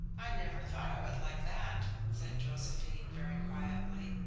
i never thought of it like that, said josephine, very quietly.